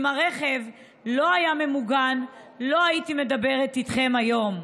אם הרכב לא היה ממוגן, לא הייתי מדברת איתכם היום.